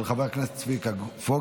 של חבר הכנסת שמחה רוטמן,